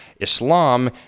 Islam